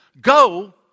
Go